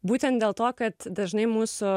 būtent dėl to kad dažnai mūsų